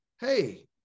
hey